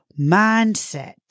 Mindset